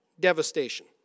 Devastation